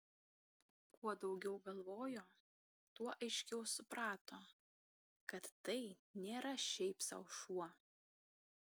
kuo daugiau galvojo tuo aiškiau suprato kad tai nėra šiaip sau šuo